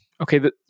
okay